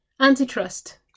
Antitrust